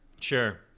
Sure